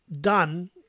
done